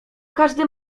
każdy